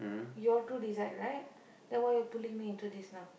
you all two decide right then why you all two link me into this now